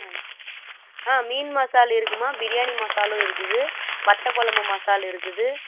அ ஆ மீன் மசாலா இருக்கும்மா பிரியாணி மசாலும் இருக்குது வத்தக் குழம்பு மசாலா இருக்குது